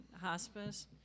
hospice